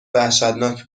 وحشتناک